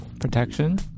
protection